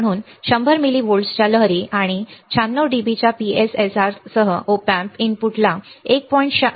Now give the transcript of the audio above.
म्हणून 100 मिली व्होल्ट्सच्या लहरी आणि 96 डीबीच्या PSRR सह ओपी एएमपी इनपुटला 1